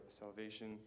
salvation